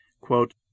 quote